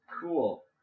Cool